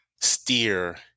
steer